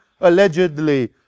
allegedly